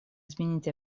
изменить